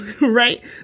right